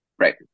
Right